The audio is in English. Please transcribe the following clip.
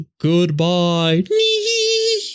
Goodbye